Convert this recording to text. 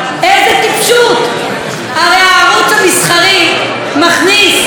הרי הערוץ המסחרי מכניס משקיעים נוספים,